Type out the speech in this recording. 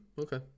Okay